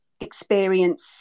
experience